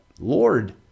Lord